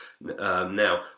Now